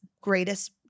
greatest